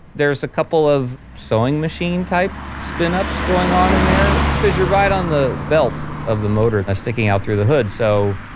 there's a couple of sewing machine type spin ups going on in there because you're right on the belt of the motor that's sticking out through the hood. so,